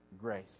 grace